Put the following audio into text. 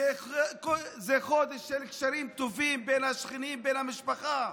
זה חודש של קשרים טובים בין השכנים, בין המשפחה,